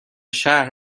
شهر